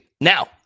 Now